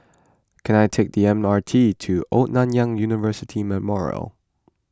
can I take the M R T to Old Nanyang University Memorial